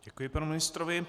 Děkuji panu ministrovi.